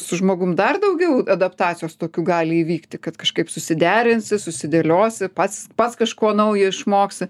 su žmogum dar daugiau adaptacijos tokių gali įvykti kad kažkaip susiderinsi susidėliosi pats pats kažko naujo išmoksi